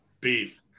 Beef